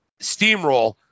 steamroll